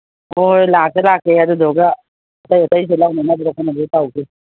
ꯍꯣꯏ ꯍꯣꯏ ꯂꯥꯛꯀꯦ ꯂꯥꯛꯀꯦ ꯑꯗꯨꯗꯨꯒ ꯑꯇꯩ ꯑꯇꯩꯁꯨ ꯂꯧꯅꯅꯕꯗꯣ ꯇꯧꯁꯤ